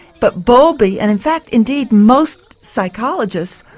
but bowlby, and in fact indeed most psychologists,